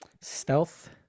Stealth